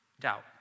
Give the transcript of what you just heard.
Doubt